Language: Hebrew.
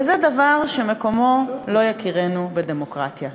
וזה דבר שמקומו לא יכירנו בדמוקרטיה.